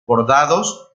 bordados